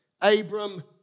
Abram